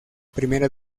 primera